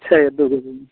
छै दू गो रूम